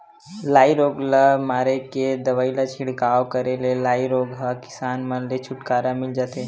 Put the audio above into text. लाई रोग ल मारे के दवई ल छिड़काव करे ले लाई रोग ह किसान मन ले छुटकारा मिल जथे